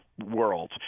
World